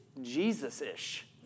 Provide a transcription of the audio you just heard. Jesus-ish